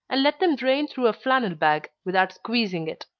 and let them drain through a flannel bag, without squeezing it.